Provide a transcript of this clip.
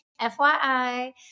FYI